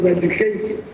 education